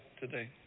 today